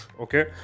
okay